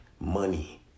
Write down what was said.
money